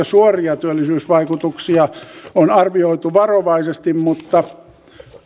suoria työllisyysvaikutuksia on arvioitu varovaisesti mutta